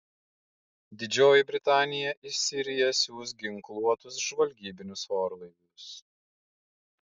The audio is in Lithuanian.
didžioji britanija į siriją siųs ginkluotus žvalgybinius orlaivius